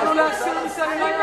אמרנו להסיר מסדר-היום.